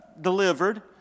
delivered